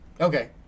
Okay